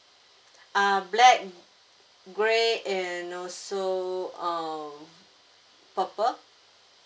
uh black grey and also um purple